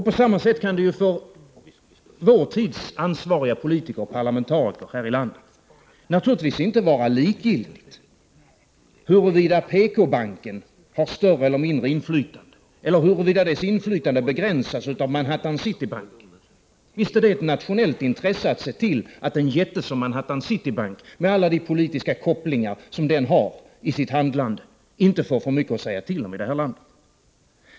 På samma sätt kan det för vår tids ansvariga politiker och parlamentariker här i landet naturligtvis inte vara likgiltigt huruvida PK-banken har större eller mindre inflytande eller huruvida dess inflytande begränsas av Citibank på Manhattan. Visst är det ett nationellt intresse att se till att en jätte som Citibank — med alla de politiska kopplingar som den har i sitt handlande inte får för mycket att säga till om i det här landet.